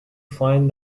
find